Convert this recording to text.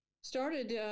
started